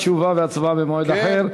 תשובה והצבעה במועד אחר.